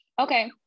okay